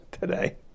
today